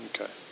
okay